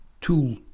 tool